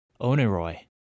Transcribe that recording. Oneroi